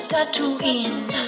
Tatooine